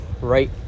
right